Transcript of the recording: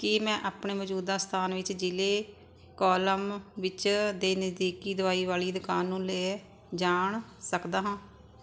ਕੀ ਮੈਂ ਆਪਣੇ ਮੌਜੂਦਾ ਸਥਾਨ ਵਿੱਚ ਜ਼ਿਲ੍ਹੇ ਕੋਲਮ ਵਿੱਚ ਦੇ ਨਜ਼ਦੀਕੀ ਦਵਾਈ ਵਾਲੀ ਦੁਕਾਨ ਨੂੰ ਲੇ ਜਾਣ ਸਕਦਾ ਹਾਂ